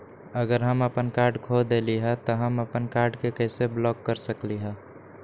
अगर हम अपन कार्ड खो देली ह त हम अपन कार्ड के कैसे ब्लॉक कर सकली ह?